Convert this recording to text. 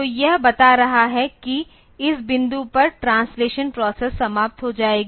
तो यह बता रहा है कि इस बिंदु पर ट्रांसलेशन प्रोसेस समाप्त हो जाएगी